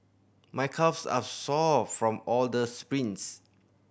my calves are sore from all the sprints